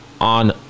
on